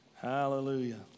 Hallelujah